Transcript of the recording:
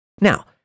Now